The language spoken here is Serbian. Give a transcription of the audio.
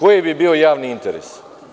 Koji bi bio javni interes?